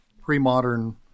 pre-modern